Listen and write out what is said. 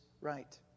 right